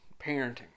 Parenting